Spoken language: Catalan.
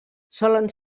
solen